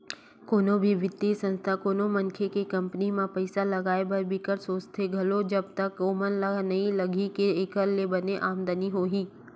कोनो भी बित्तीय संस्था कोनो मनखे के कंपनी म पइसा लगाए बर बिकट सोचथे घलो जब तक ओमन ल नइ लगही के एखर ले बने आमदानी होही